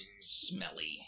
smelly